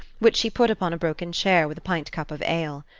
which she put upon a broken chair with a pint-cup of ale.